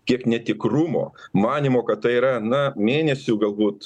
kiek netikrumo manymo kad tai yra na mėnesių galbūt